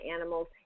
animals